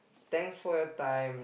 thanks for your time